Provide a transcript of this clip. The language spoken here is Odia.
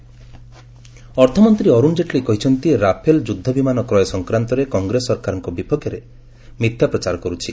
ଜେଟଲୀ ରାଫେଲ ଅର୍ଥମନ୍ତ୍ରୀ ଅର୍ଥଣ ଜେଟଲୀ କହିଛନ୍ତି ରାଫେଲ ଏୟାର କ୍ରାଫ୍ କ୍ରୟ ସଂକ୍ରାନ୍ତରେ କଂଗ୍ରେସ ସରକାରଙ୍କ ବିପକ୍ଷରେ ମିଥ୍ୟା ପ୍ରଚାର କରୁଛି